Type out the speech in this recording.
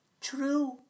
True